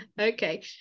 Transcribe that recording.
Okay